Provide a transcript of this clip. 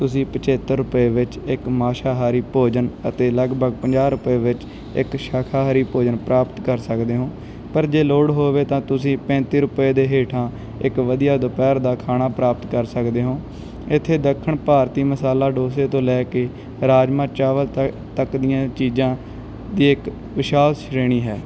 ਤੁਸੀਂ ਪੰਝੱਤਰ ਰੁਪਏ ਵਿੱਚ ਇੱਕ ਮਾਸਾਹਾਰੀ ਭੋਜਨ ਅਤੇ ਲਗਭਗ ਪੰਜਾਹ ਰੁਪਏ ਵਿੱਚ ਇੱਕ ਸ਼ਾਕਾਹਾਰੀ ਭੋਜਨ ਪ੍ਰਾਪਤ ਕਰ ਸਕਦੇ ਹੋ ਪਰ ਜੇ ਲੋੜ ਹੋਵੇ ਤਾਂ ਤੁਸੀਂ ਪੈਂਤੀ ਰੁਪਏ ਦੇ ਹੇਠਾਂ ਇੱਕ ਵਧੀਆ ਦੁਪਹਿਰ ਦਾ ਖਾਣਾ ਪ੍ਰਾਪਤ ਕਰ ਸਕਦੇ ਹੋ ਇੱਥੇ ਦੱਖਣ ਭਾਰਤੀ ਮਸਾਲਾ ਡੋਸੇ ਤੋਂ ਲੈ ਕੇ ਰਾਜਮਾ ਚਾਵਲ ਤੱ ਤੱਕ ਦੀਆਂ ਚੀਜ਼ਾਂ ਦੀ ਇੱਕ ਵਿਸ਼ਾਲ ਸ਼੍ਰੇਣੀ ਹੈ